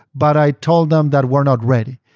but i told them that weaeurre not ready.